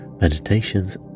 meditations